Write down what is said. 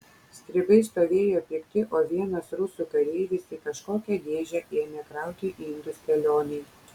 stribai stovėjo pikti o vienas rusų kareivis į kažkokią dėžę ėmė krauti indus kelionei